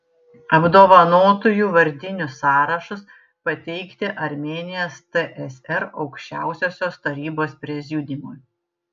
apdovanotųjų vardinius sąrašus pateikti armėnijos tsr aukščiausiosios tarybos prezidiumui